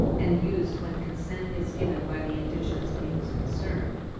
and used when consent is given by the indigenous people concerned.